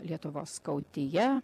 lietuvos skautija